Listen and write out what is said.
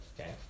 Okay